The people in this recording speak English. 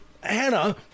Hannah